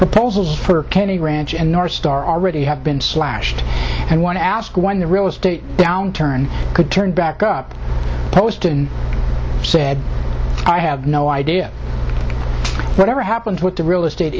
proposals for kennedy ranch and northstar already have been slashed and want to ask when the real estate downturn could turn back up poston said i have no idea whatever happens with the real estate